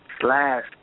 slash